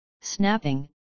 snapping